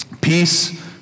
Peace